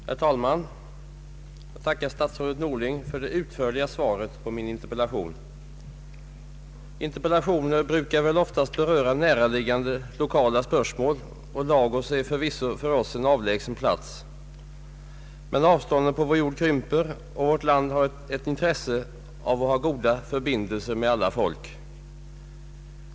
Herr talman! Jag tackar statsrådet Norling för det utförliga svaret på min interpellation. Interpellationer brukar väl oftast beröra näraliggande lokala spörsmål, och Lagos är förvisso för oss en avlägsen plats. Men avstånden på vår jord krymper och vårt land har ett intresse av att ha goda förbindelser med alla folk.